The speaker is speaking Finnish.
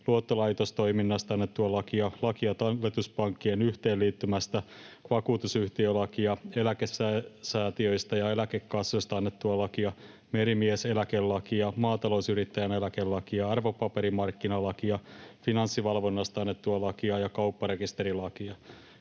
luottolaitostoiminnasta annettua lakia, lakia talletuspankkien yhteenliittymästä, vakuutusyhtiölakia, eläkesäätiöistä ja eläkekassoista annettua lakia, merimieseläkelakia, maatalousyrittäjän eläkelakia, arvopaperimarkkinalakia, Finanssivalvonnasta annettua lakia ja kaupparekisterilakia.